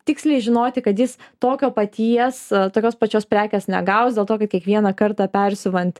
tiksliai žinoti kad jis tokio paties tokios pačios prekės negaus dėl to kad kiekvieną kartą persiuvant